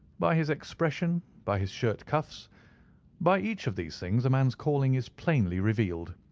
by his expression, by his shirt cuffs by each of these things a man's calling is plainly revealed.